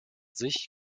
sich